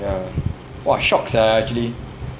ya !wah! shock sia actually